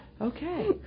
Okay